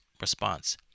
response